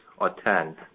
attend